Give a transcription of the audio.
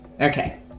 Okay